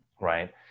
right